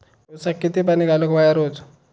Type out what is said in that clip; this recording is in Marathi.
ऊसाक किती पाणी घालूक व्हया रोज?